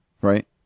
right